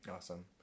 Awesome